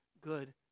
good